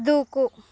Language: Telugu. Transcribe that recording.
దూకు